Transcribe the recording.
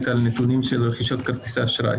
על נתונים של רכישת כרטיסי אשראי: